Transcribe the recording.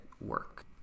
work